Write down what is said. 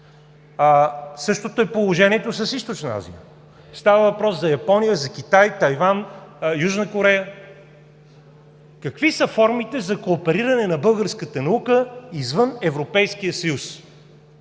Същото е положението и с Източна Азия. Става въпрос за Япония, Китай, Тайван, Южна Корея. Какви са формите за коопериране на българската наука извън Европейския съюз?